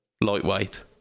lightweight